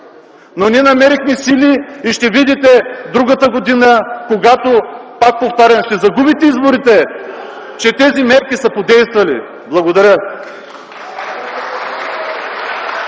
Ние намерихме сили и ще видите другата година, когато, пак повтарям, ще загубите изборите, че тези мерки са подействали. Благодаря.